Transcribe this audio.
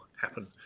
happen